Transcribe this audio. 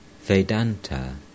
Vedanta